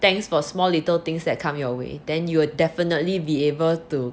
thanks for small little things that come your way then you'll definitely be able to